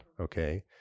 okay